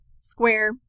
Square